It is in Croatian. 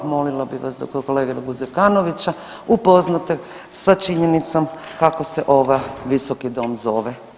Molila bi da kolegu Zekanovića upoznate sa činjenicom kako se ovaj visoki dom zove.